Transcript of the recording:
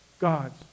God's